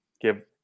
give